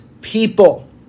people